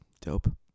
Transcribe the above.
dope